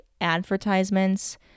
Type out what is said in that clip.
advertisements